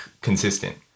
consistent